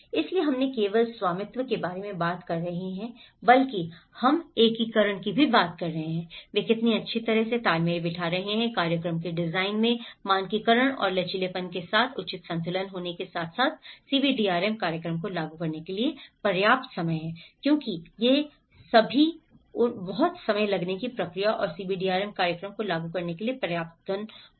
इसलिए हम न केवल स्वामित्व के बारे में बात कर रहे हैं बल्कि हम एकीकरण की भी बात कर रहे हैं वे कितनी अच्छी तरह से तालमेल बिठा रहे हैं कार्यक्रम के डिजाइन में मानकीकरण और लचीलेपन के साथ उचित संतुलन होने के साथ साथ CBDRM कार्यक्रम को लागू करने के लिए पर्याप्त समय है क्योंकि ये सभी हैं बहुत समय लगने की प्रक्रिया और CBDRM कार्यक्रम को लागू करने के लिए पर्याप्त धन होने